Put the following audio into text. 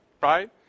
right